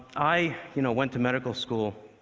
i you know went to medical school,